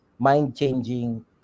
mind-changing